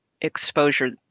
exposure